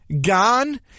gone